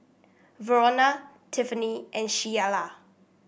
Verona Tiffany and Sheilah